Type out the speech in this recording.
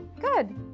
good